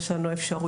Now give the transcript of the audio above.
יש לנו אפשרויות,